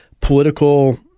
political